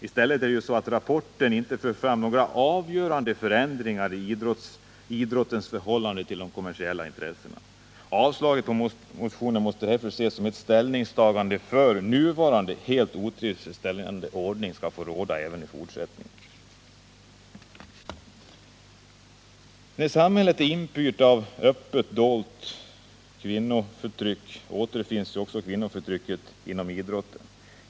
I stället är det ju så att rapporten inte för fram några förslag till avgörande förändringar i idrottens förhållande till de kommersiella intressena. Avstyrkandet av motionen måste därför ses som ett ställningstagande för att nuvarande helt otillfredsställande ordning skall få råda även i fortsättningen. När samhället är inpyrt av öppet och dolt kvinnoförtryck återfinns detta också inom idrotten.